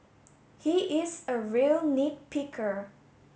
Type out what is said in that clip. he is a real nit picker